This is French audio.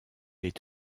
est